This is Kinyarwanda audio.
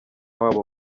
wabo